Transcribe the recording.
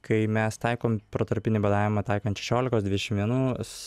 kai mes taikom protarpinį badavimą taikant šešiolikos dvidešim vienos